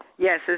Yes